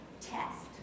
test